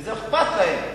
וזה אכפת להם.